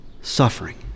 suffering